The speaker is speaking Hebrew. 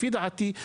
לפי דעתי,